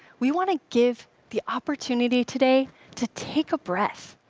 we want to give the opportunity today to take a breath,